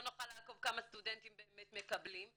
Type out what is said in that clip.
נוכל לעקוב כמה סטודנטים באמת מקבלים,